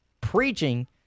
preaching